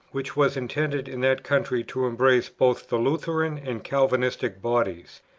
which was intended in that country to embrace both the lutheran and calvinistic bodies.